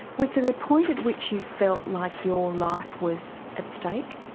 was there a point at which you felt like your life was at stake?